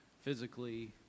physically